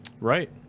Right